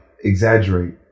exaggerate